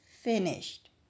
finished